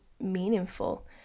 meaningful